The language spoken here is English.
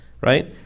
right